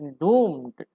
doomed